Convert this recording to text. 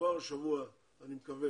אני רוצה לומר שכבר השבוע אני מקווה